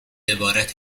عبارت